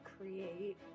create